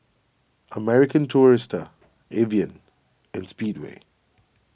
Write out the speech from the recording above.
American Tourister Evian and Speedway